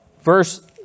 verse